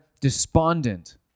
despondent